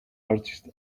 artist